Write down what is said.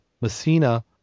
Messina